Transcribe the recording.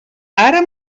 ara